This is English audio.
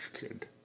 kid